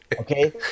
Okay